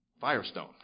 Firestone